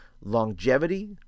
Longevity